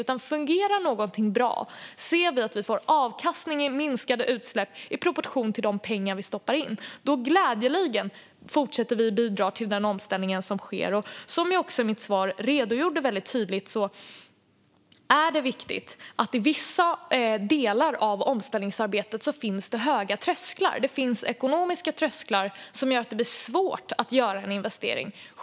Om något fungerar bra och vi ser att vi får avkastning genom minskade utsläpp i proportion till de pengar vi stoppar in fortsätter vi gladeligen att bidra till den omställning som sker. Som jag tydligt redogjorde för i mitt svar är en viktig sak att det i vissa delar av omställningsarbetet finns höga trösklar. Det finns ekonomiska trösklar som gör att det blir svårt att göra en investering.